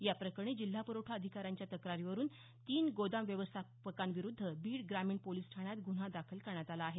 या प्रकरणी जिल्हा प्रखठा अधिकाऱ्यांच्या तक्रारीवरून तीन गोदाम व्यवस्थापंका विरूद्ध बीड ग्रामीण पोलिस ठाण्यात ग्रन्हा दाखल करण्यात आला आहे